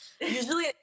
Usually